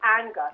anger